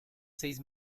seis